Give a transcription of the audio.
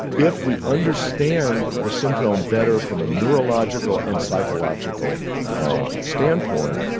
if we understand the syndrome better from a neurological and psychological ah standpoint,